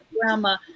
grandma